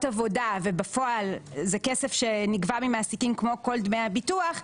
עבודה ובפועל זה כסף שנגבה ממעסיקים כמו כל דמי ביטוח,